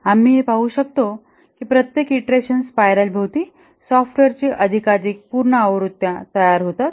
आम्ही हे पाहू शकतो की प्रत्येक ईंटरेशन स्पायरलभोवती सॉफ्टवेअरची अधिकाधिक पूर्ण आवृत्त्या तयार होतात